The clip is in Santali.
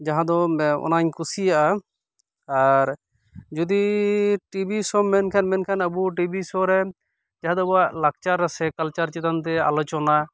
ᱡᱟᱦᱟᱸ ᱫᱚ ᱚᱱᱟᱧ ᱠᱩᱥᱤᱣᱟᱜᱼᱟ ᱟᱨ ᱡᱩᱫᱤ ᱴᱤᱵᱷᱤ ᱥᱳᱢ ᱢᱮᱱ ᱠᱷᱟᱱ ᱟᱵᱚ ᱴᱤᱵᱤ ᱥᱳ ᱨᱮᱱ ᱡᱟᱦᱟᱸ ᱫᱚ ᱟᱵᱚᱣᱟᱜ ᱞᱟᱠᱪᱟᱨ ᱥᱮ ᱠᱟᱞᱪᱟᱨ ᱪᱤᱛᱟᱱ ᱛᱮ ᱟᱞᱳᱪᱚᱱᱟ